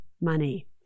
money